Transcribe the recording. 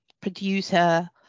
producer